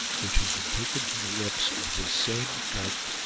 which has been taken from the lips of this same clerk,